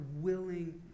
willing